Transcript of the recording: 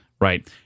right